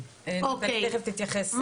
נטלי תיכף תתייחס.